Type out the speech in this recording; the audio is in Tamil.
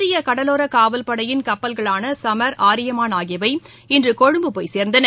இந்திய கடலோர காவல்படையின் கப்பல்களான சமர் ஆரியமாள் ஆகியவை இன்று கொழும்பு போய்ச் சேர்ந்தன